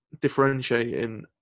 differentiating